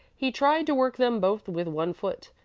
he tried to work them both with one foot.